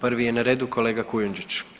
Prvi je na redu kolega Kujundžić.